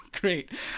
Great